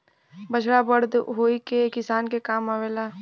बछड़ा बड़ होई के किसान के काम आवेला